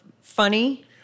funny